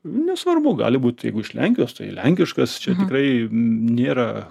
nesvarbu gali būt jeigu iš lenkijos tai lenkiškas čia tikrai nėra